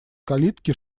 калитки